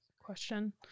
question